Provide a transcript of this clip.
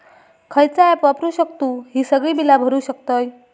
खयचा ऍप वापरू शकतू ही सगळी बीला भरु शकतय?